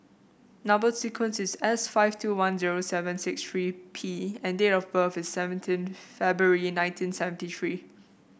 number sequence is S five two one zero seven six three P and date of birth is seventeen February nineteen seventy three